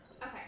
Okay